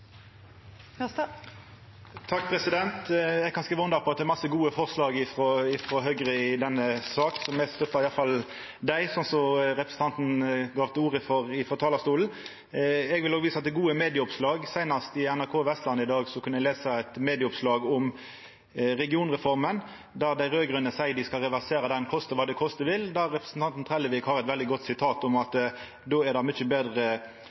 gode forslag frå Høgre i denne saka. Me støttar i alle fall dei, slik representanten tok til orde for frå talarstolen. Eg vil òg visa til gode medieoppslag. Seinast i NRK Vestland i dag kunne eg lesa eit medieoppslag om regionreforma der dei raud-grøne seier dei skal reversera ho, kosta kva det kosta vil. Der har representanten Trellevik ei veldig god utsegn om at det då er mykje betre – meiner han – å seia at Høgre meiner det er betre